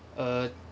uh